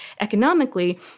economically